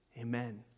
Amen